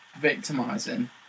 victimizing